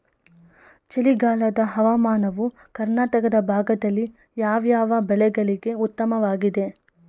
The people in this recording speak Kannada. ಚಳಿಗಾಲದ ಹವಾಮಾನವು ಕರ್ನಾಟಕದ ಭಾಗದಲ್ಲಿ ಯಾವ್ಯಾವ ಬೆಳೆಗಳಿಗೆ ಉತ್ತಮವಾಗಿದೆ?